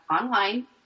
online